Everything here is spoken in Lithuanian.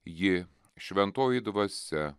ji šventoji dvasia